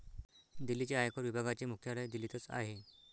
दिल्लीच्या आयकर विभागाचे मुख्यालय दिल्लीतच आहे